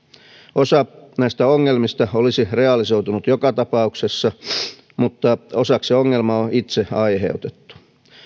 osa näistä ongelmista olisi realisoitunut joka tapauksessa mutta osaksi ongelma on itse aiheutettu